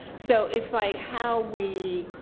so it's like how we